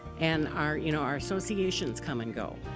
and our, you know, our associations come and go,